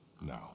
No